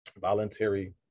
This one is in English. voluntary